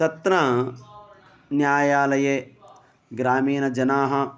तत्र न्यायालये ग्रामीणजनाः